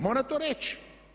Mora to reći.